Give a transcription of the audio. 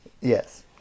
yes